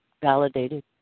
validated